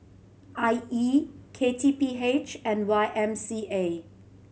I E K T P H and Y M C A